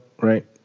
right